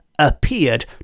appeared